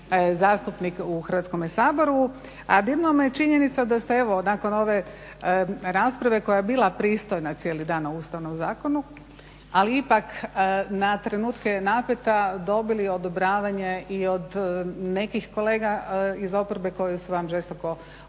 zastupnik u Hrvatskome saboru. A dirnula me činjenica da ste evo nakon ove rasprave koja je bila pristojna cijeli dan o Ustavnom zakonu ali ipak na trenutke napeta dobili odobravanje i od nekih kolega iz oporbe koji su vam žestoko oponirali.